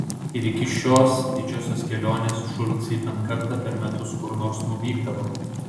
ir iki šios didžiosios kelionės šulcai bent kartą per metus kur nors nuvykdavo